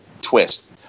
twist